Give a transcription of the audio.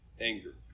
anger